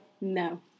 No